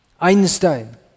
Einstein